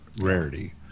rarity